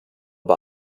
bei